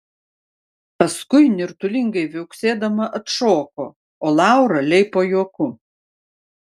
paskui nirtulingai viauksėdama atšoko o laura leipo juoku